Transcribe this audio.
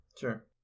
Sure